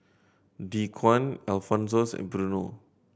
Dequan Alphonsus and Bruno